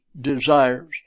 desires